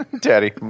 Daddy